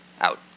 out